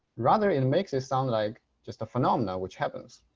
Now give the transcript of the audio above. rather it makes it sound like just a phenomena which happens.